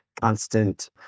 constant